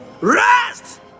Rest